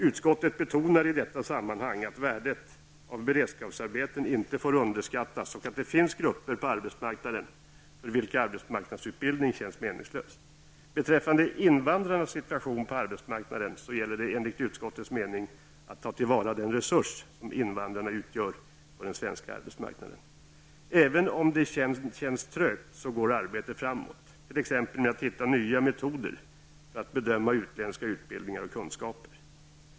Utskottet betonar i detta sammanhang att värdet av beredskapsarbeten inte får underskattas och att det finns grupper på arbetsmarknaden för vilka arbetsmarknadsutbildning känns meningslös. -- Beträffande invandrarnas situation på arbetsmarknaden gäller det, enligt utskottets mening, att ta till vara den resurs som invandrarna utgör på den svenska arbetsmarknaden. Även om det känns trögt går arbetet framåt, t.ex. när det gäller att hitta nya metoder för att bedöma utländska utbildningar och kunskaper.